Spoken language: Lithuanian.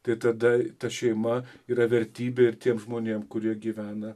tai tada ta šeima yra vertybė ir tiem žmonėm kurie gyvena